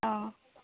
অঁ